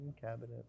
cabinet